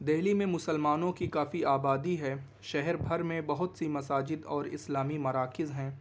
دہلی میں مسلمانوں کی کافی آبادی ہے شہر بھر میں بہت سی مساجد اور اسلامی مراکز ہیں